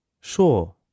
Sure